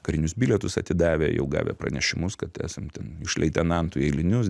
karinius bilietus atidavę jau gavę pranešimus kad esam ten iš leitenantų į eilinius